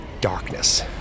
darkness